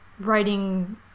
writing